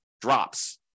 drops